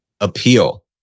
appeal